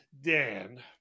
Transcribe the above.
Dan